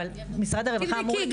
אבל משרד הרווחה אמור --- תבדקי,